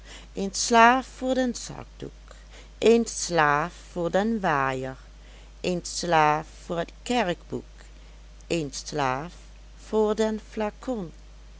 een slaaf voor den zakdoek een slaaf voor den waaier een slaaf voor het kerkboek een slaaf voor den flacon